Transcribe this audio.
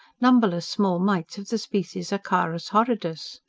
numberless small mites of the species acarus horridus?